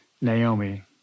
Naomi